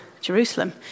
Jerusalem